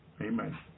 Amen